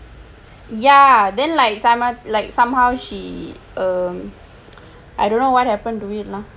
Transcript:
ya then like somehow she um I don't know what happened to it lah